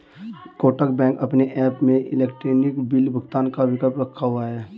Kotak bank अपने app में electronic bill भुगतान का विकल्प रखा हुआ है